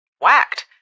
whacked